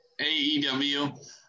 AEW